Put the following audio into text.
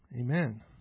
Amen